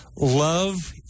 love